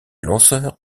lanceur